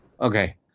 Okay